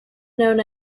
known